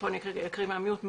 אני אקריא: "...